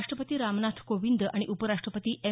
राष्ट्रपती रामनाथ कोविंद आणि उपराष्ट्रपती एम